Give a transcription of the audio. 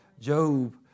Job